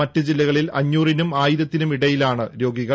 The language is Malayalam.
മറ്റ് ജില്ലകളിൽ അഞ്ഞൂറിനും ആയിരത്തിനും ഇടയിലാണ് രോഗികൾ